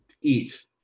eat